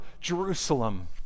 Jerusalem